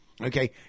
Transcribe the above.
okay